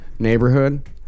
Neighborhood